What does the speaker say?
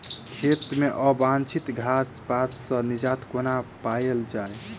खेत मे अवांछित घास पात सऽ निजात कोना पाइल जाइ?